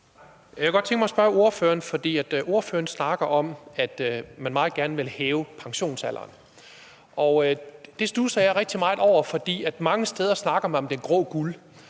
Folkeparti. Kl. 16:33 Carsten Kudsk (DF): Ordføreren snakker om, at man meget gerne vil hæve pensionsalderen. Det studsede jeg rigtig meget over, for mange steder snakker man om det grå guld,